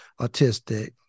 autistic